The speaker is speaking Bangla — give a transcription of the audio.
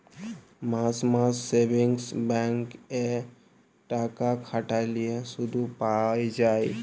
মাস মাস সেভিংস ব্যাঙ্ক এ টাকা খাটাল্যে শুধ পাই যায়